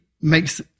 makes